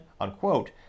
unquote